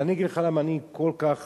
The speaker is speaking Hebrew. ואני אגיד לך למה אני כל כך